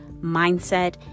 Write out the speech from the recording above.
mindset